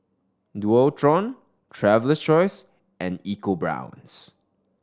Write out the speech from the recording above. Dualtron Traveler's Choice and EcoBrown's